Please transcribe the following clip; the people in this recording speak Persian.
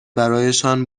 برایشان